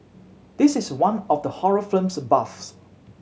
this is one for the horror buffs